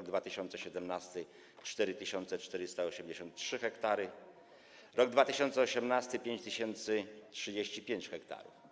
2017 r. - 4483 ha, 2018 r. - 5035 ha.